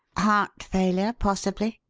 heart failure, possibly,